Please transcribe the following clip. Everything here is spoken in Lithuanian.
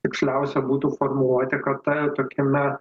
tiksliausia būtų formuoti kad ta tokiame